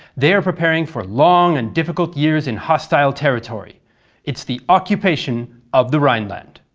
they are preparing for long and difficult years in hostile territory it's the occupation of the rhineland.